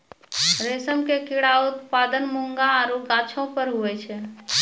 रेशम के कीड़ा उत्पादन मूंगा आरु गाछौ पर हुवै छै